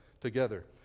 together